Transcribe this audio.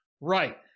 Right